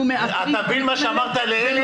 אנחנו מאתרים את המקרים האלה